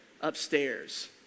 upstairs